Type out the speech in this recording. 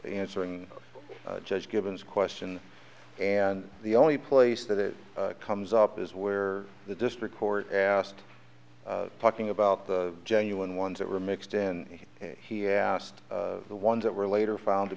answering judge givens questions and the only place that it comes up is where the district court asked talking about the genuine ones that were mixed in he asked the ones that were later found to